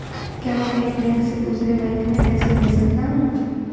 क्या मैं एक बैंक से दूसरे बैंक में पैसे भेज सकता हूँ?